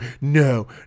no